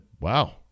wow